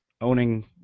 owning